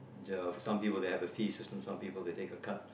there are some people they have a fee system so some people they take a card